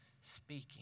speaking